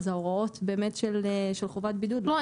אז ההוראות של חובת בידוד באמת לא חלות עליו.